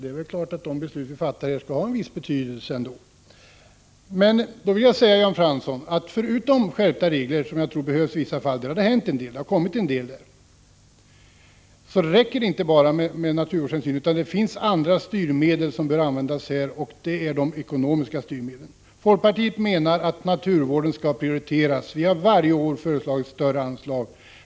Det är klart att de beslut vi fattar här skall ha betydelse. Då vill jag säga till Jan Fransson att i fråga om skärpta regler som jag tror behövs i vissa fall — och det har hänt en del där — räcker det inte med naturvårdshänsyn. Det finns andra styrmedel som bör användas, nämligen ekonomiska sådana. Folkpartiet menar att naturvården skall prioriteras, och vi har varje år föreslagit större anslag.